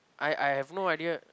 I I have no idea